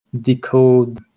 decode